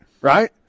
right